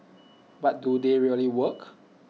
but do they really work